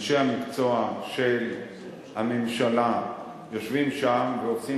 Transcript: שאנשי המקצוע של הממשלה יושבים שם ועושים